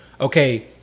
okay